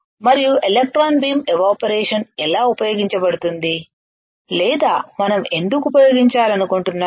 మరియు electron beam evaporation ఎలా ఉపయోగించబడుతుంది లేదా మనం ఎందుకు ఉపయోగించాలనుకుంటున్నాము